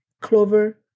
clover